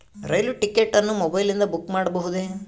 ರೈಲು ticket ಅನ್ನು ಮೊಬೈಲಿಂದ book ಮಾಡಬಹುದೆ?